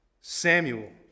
Samuel